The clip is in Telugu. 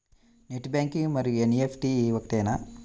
నెట్ బ్యాంకింగ్ మరియు ఎన్.ఈ.ఎఫ్.టీ ఒకటేనా?